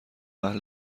اهل